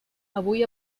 avui